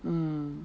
mm